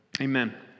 Amen